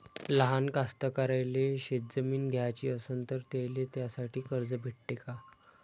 लहान कास्तकाराइले शेतजमीन घ्याची असन तर त्याईले त्यासाठी कर्ज भेटते का?